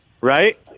Right